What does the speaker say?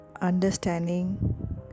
understanding